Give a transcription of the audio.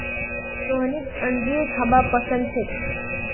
रोहिणीक अंजीर खाबा पसंद छेक